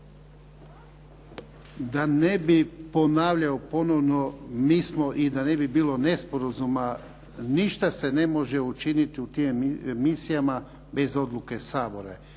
Da ne bi ponavljao ponovno, mi smo, i da ne bi bilo nesporazuma ništa se ne može učiniti u tim misijama bez odluke Sabora.